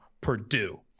Purdue